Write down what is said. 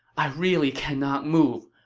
i really cannot move.